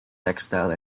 textile